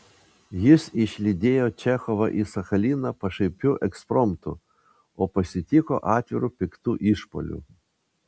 jis išlydėjo čechovą į sachaliną pašaipiu ekspromtu o pasitiko atviru piktu išpuoliu